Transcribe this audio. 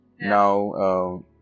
now